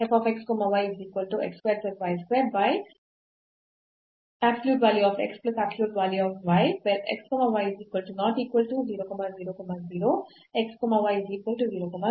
ಇಲ್ಲಿ ನಾವು epsilon delta ವಿಧಾನವನ್ನು ತೆಗೆದುಕೊಳ್ಳೋಣ